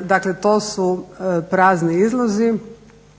Dakle, to su prazni izlozi